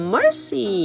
Mercy